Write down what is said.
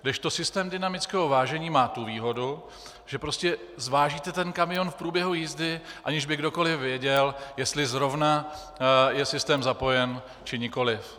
Kdežto systém dynamického vážení má tu výhodu, že prostě zvážíte kamion v průběhu jízdy, aniž by kdokoli věděl, jestli zrovna je systém zapojen, či nikoliv.